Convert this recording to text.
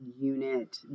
unit